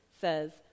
says